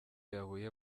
yahuye